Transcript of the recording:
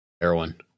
Heroin